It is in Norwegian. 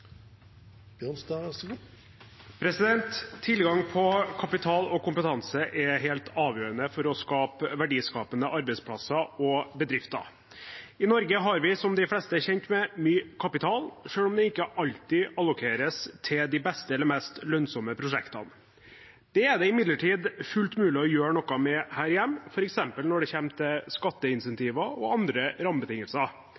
helt avgjørende for å skape verdiskapende arbeidsplasser og bedrifter. I Norge har vi – som de fleste er kjent med – mye kapital, selv om det ikke alltid allokeres til de beste eller mest lønnsomme prosjektene. Det er det imidlertid fullt mulig å gjøre noe med her hjemme, for eksempel når det